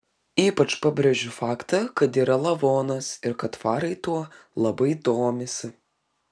ypač pabrėžiu faktą kad yra lavonas ir kad farai tuo labai domisi